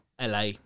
LA